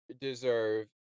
deserve